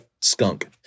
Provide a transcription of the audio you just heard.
skunk